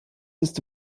ist